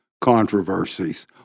controversies